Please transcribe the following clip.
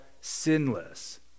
sinless